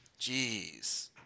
Jeez